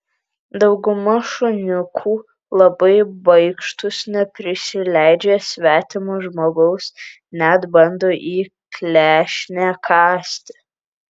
dauguma šuniukų labai baikštūs neprisileidžia svetimo žmogaus net bando į klešnę kąsti